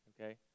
okay